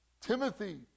Timothy